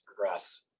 progress